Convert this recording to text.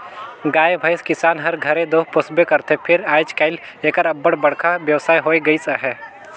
गाय भंइस किसान हर घरे दो पोसबे करथे फेर आएज काएल एकर अब्बड़ बड़खा बेवसाय होए गइस अहे